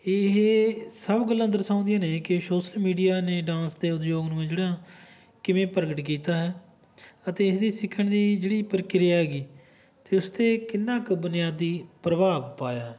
ਇਹ ਸਭ ਗੱਲਾਂ ਦਰਸਾਉਂਦੀਆਂ ਨੇ ਕਿ ਸ਼ੋਸਲ ਮੀਡੀਆ ਨੇ ਡਾਂਸ ਦੇ ਉਦਯੋਗ ਨੂੰ ਹੈ ਜਿਹੜਾ ਕਿਵੇਂ ਪ੍ਰਗਟ ਕੀਤਾ ਹੈ ਅਤੇ ਇਸ ਦੀ ਸਿੱਖਣ ਦੀ ਜਿਹੜੀ ਪ੍ਰਕਿਰਿਆ ਹੈਗੀ ਤੇ ਉਸ 'ਤੇ ਕਿੰਨਾ ਕ ਬੁਨਿਆਦੀ ਪ੍ਰਭਾਵ ਪਾਇਆ